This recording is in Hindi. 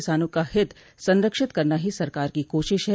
किसानों का हित संरक्षित करना ही सरकार की कोशिश है